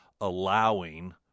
allowing